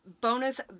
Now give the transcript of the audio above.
bonus